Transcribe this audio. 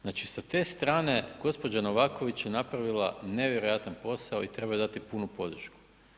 Znači sa te strane gospođa Novaković je napravila nevjerojatan posao i treba joj dati punu podršku.